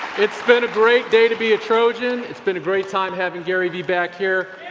it's been a great day to be a trojan. it's been a great time having gary v back here.